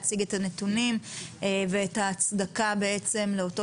יציג לנו את הנתונים ואת ההצדקה בעצם לאותו